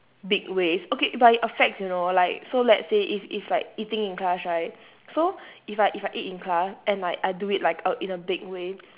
big ways okay but it affects you know like so let's say if if like eating in class right so if I if I eat in class and like I do it like a in a big way